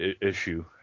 issue